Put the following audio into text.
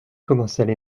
commençait